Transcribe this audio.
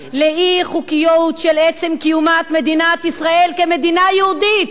לאי-חוקיות של עצם קיומה של מדינת ישראל כמדינה יהודית,